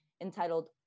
entitled